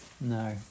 No